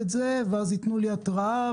אנחנו כרגע לא עומדים ב-SLA.